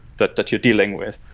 that that you're dealing with.